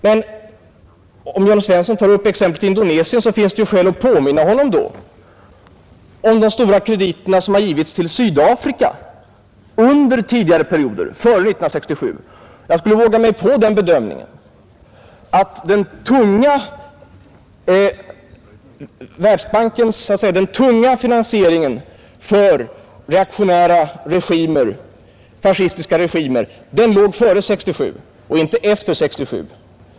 Men eftersom Jörn Svensson tog upp exemplet Indonesien, finns det skäl att påminna honom om de stora krediter som har givits till Sydafrika under tidigare perioder, före 1967. Jag skulle våga göra den bedömningen att Världsbankens tunga finansiering av reaktionära och fascistiska regimer legat före 1967 och inte efter 1967.